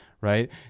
right